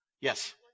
Yes